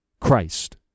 Christ